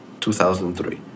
2003